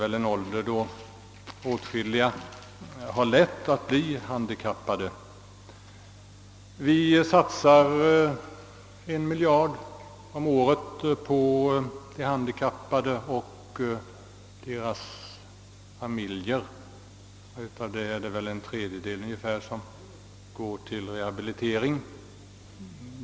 I den åldern har åtskilliga människor lätt att bli handikappade. Vi satsar 1 miljard kronor om året på de handikappade och deras familjer. Av detta belopp går väl omkring en tredjedel till rehabilitering.